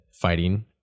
fighting